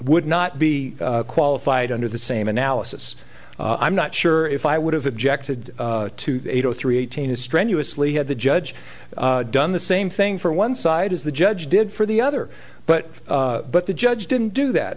would not be qualified under the same analysis i'm not sure if i would have objected to the eight o three eighteen is strenuously had the judge done the same thing for one side as the judge did for the other but but the judge didn't do that